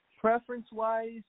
Preference-wise